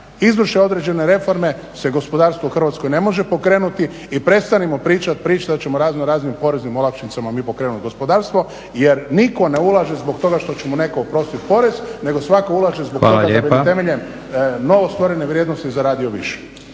izvrše određene reforme se gospodarstvo u Hrvatskoj ne može pokrenuti. I prestanimo pričati priče da ćemo raznoraznim poreznim olakšicama mi pokrenuti gospodarstvo jer nitko ne ulaže zbog toga što će mu netko oprostiti porez nego svatko ulaže zbog toga da bi temeljem novo stvorene vrijednosti zaradio više.